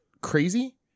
crazy